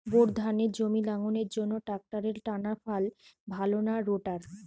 Bore ধানের জমি লাঙ্গলের জন্য ট্রাকটারের টানাফাল ভালো না রোটার?